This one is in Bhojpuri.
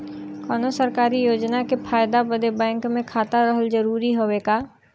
कौनो सरकारी योजना के फायदा बदे बैंक मे खाता रहल जरूरी हवे का?